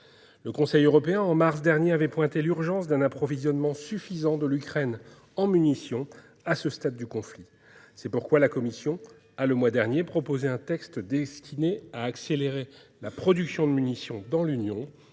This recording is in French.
Le Conseil européen, en mars dernier, a pointé du doigt l'urgence d'un approvisionnement suffisant de l'Ukraine en munitions à ce stade du conflit. C'est pourquoi la Commission européenne, le mois dernier, a proposé un texte destiné à accélérer la production de munitions dans l'Union,